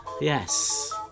yes